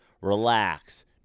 Relax